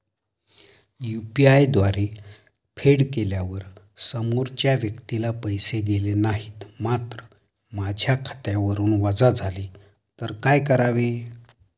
UPI द्वारे फेड केल्यावर समोरच्या व्यक्तीला पैसे गेले नाहीत मात्र माझ्या खात्यावरून वजा झाले तर काय करावे?